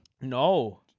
No